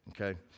okay